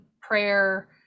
prayer